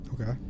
Okay